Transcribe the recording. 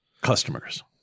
customers